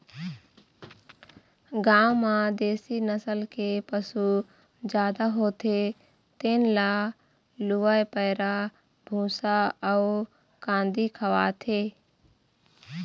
गाँव म देशी नसल के पशु जादा होथे तेन ल लूवय पैरा, भूसा अउ कांदी खवाथे